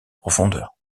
profondeur